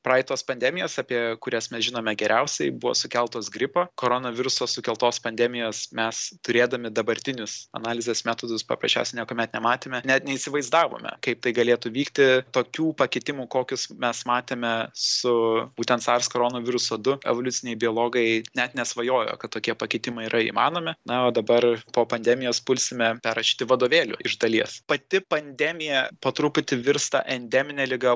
praeitos pandemijos apie kurias mes žinome geriausiai buvo sukeltos gripo koronaviruso sukeltos pandemijos mes turėdami dabartinius analizės metodus paprasčiausiai niekuomet nematėme net neįsivaizdavome kaip tai galėtų vykti tokių pakitimų kokius mes matėme su būtent sars koronoviruso du evoliuciniai biologai net nesvajojo kad tokie pakitimai yra įmanomi na o dabar po pandemijos pulsime perrašyti vadovėlių iš dalies pati pandemija po truputį virsta endemine liga